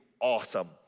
awesome